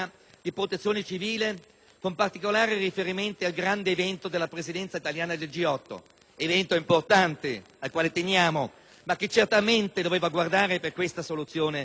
con particolare riferimento al grande evento della presidenza italiana del G8. È un evento importante, al quale teniamo, ma certamente si doveva guardare, per questa soluzione, da altre parti.